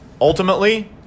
ultimately